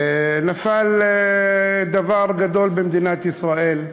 נפל דבר גדול במדינת ישראל: